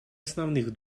основных